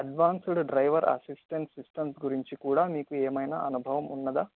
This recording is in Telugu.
అడ్వాన్స్డ్ డ్రైవర్ అసిస్టెంట్ సిస్టమ్స్ గురించి కూడా మీకు ఏమైనా అనుభవం ఉన్నదా